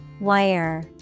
Wire